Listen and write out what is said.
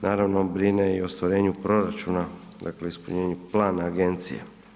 Naravno, brine i o ostvarenju proračuna, dakle ispunjenju plana agencije.